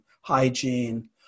hygiene